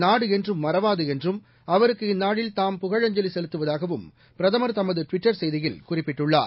நாடு என்றும் மறவாது என்றும் அவருக்கு இந்நாளில் தாம் புகழஞ்சலி செலுத்துவதாகவும் பிரதமர் தனது ட்விட்டர் செய்தியில் குறிப்பிட்டுள்ளர்